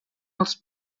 els